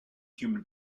human